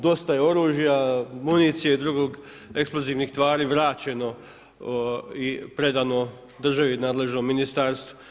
Dosta je oružja, municije, drugih eksplozivnih tvari vraćeno i predano državi, nadležnom ministarstvu.